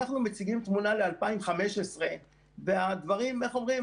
אנחנו מציגים תמונה ל-2015 והדברים, איך אומרים?